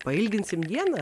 pailginsim dieną